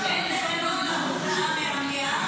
אין תקנון להוצאה מהמליאה?